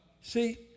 See